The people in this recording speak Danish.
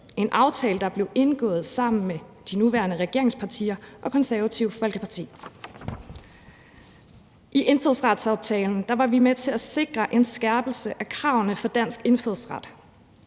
en aftale, der blev indgået sammen med de nuværende regeringspartier og Det Konservative Folkeparti. I indfødsretsaftalen var vi med til at sikre en skærpelse af kravene for dansk indfødsret,